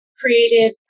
created